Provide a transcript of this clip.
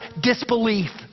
disbelief